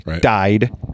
died